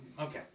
okay